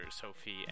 sophie